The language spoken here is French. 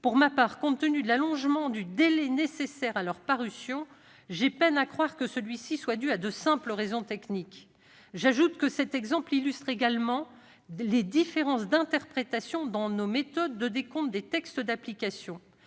Pour ma part, compte tenu de l'allongement du délai nécessaire à leur parution, j'ai peine à croire que celui-ci soit dû à de simples raisons techniques. Cet exemple illustre également les différences d'interprétation dans nos méthodes de décompte des textes d'application.